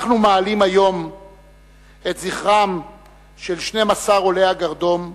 אנחנו מעלים היום את זכרם של 12 עולי הגרדום,